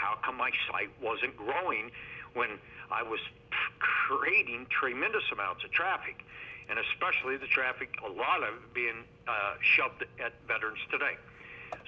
how come my site wasn't growing when i was creating tremendous amounts of traffic and especially the traffic alive being at veterans today